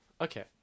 Okay